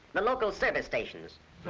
the local service stations.